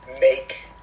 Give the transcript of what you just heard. make